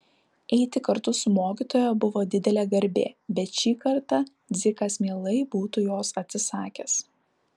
eiti kartu su mokytoja buvo didelė garbė bet šį kartą dzikas mielai būtų jos atsisakęs